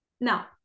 Now